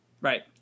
Right